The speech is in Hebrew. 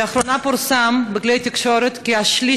לאחרונה פורסם בכלי התקשורת שכשליש